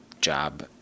job